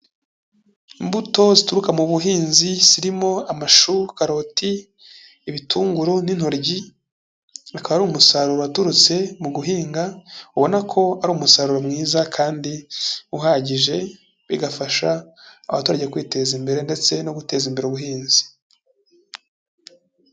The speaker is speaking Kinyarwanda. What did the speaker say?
Imbuto zituruka mu buhinzi zirimo amashu, karoti, ibitunguru n'intoryi, akaba ari umusaruro waturutse mu guhinga ubona ko ari umusaruro mwiza kandi uhagije, bigafasha abaturage kwiteza imbere ndetse no guteza imbere ubuhinzi.